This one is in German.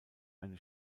eine